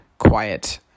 quiet